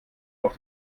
auf